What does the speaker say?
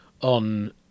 on